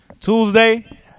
Tuesday